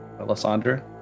Melisandre